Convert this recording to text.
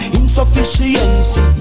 insufficiency